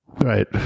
Right